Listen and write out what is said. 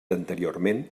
anteriorment